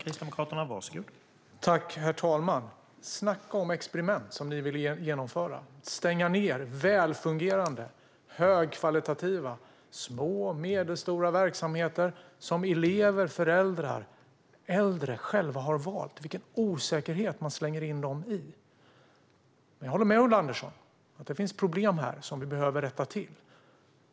Herr talman! Snacka om experiment som ni vill genomföra, Ulla Andersson! Ni vill stänga ned välfungerande och högkvalitativa små och medelstora verksamheter som elever, föräldrar och äldre själva har valt. Vilken osäkerhet ni slänger in dem i! Jag håller med om att det finns problem som behöver rättas till.